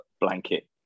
blanket